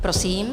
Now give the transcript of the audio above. Prosím.